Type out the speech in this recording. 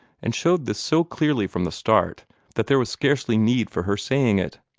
and showed this so clearly from the start that there was scarcely need for her saying it.